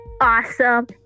awesome